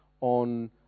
on